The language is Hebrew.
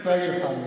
אני רוצה להגיד לך,